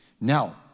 Now